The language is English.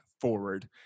forward